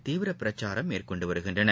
தீவிரபிரச்சாரம் மேற்கொண்டுவருகின்றன